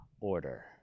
order